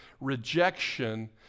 rejection